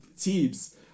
Teams